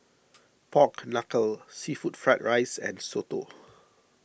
Pork Knuckle Seafood Fried Rice and Soto